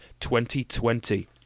2020